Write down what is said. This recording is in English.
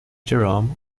jerome